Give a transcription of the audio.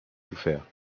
souffert